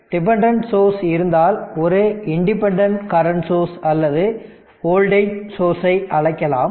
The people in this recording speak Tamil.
டிபெண்டன்ட் சோர்ஸ் இருந்தால் ஒரு இண்டிபெண்டன்ட் கரண்ட் சோர்ஸ் அல்லது வோல்டேஜ் சோர்ஸ் ஐ அழைக்கலாம்